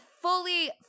fully